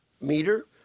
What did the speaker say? meter